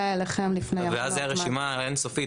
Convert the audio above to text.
אליכם לפני- -- אז הייתה רשימה אין סופית,